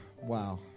wow